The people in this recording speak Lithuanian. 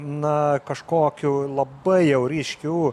na kažkokių labai jau ryškių